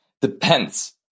depends